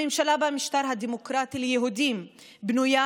הממשלה במשטר הדמוקרטי ליהודים בנויה